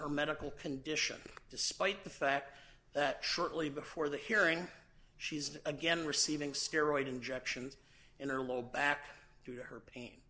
her medical condition despite the fact that shortly before the hearing she's again receiving steroids injections in their low back due to her pain